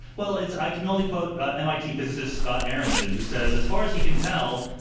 well, it's i can only quote mit physicist scott aaronson who says, as far as he can tell,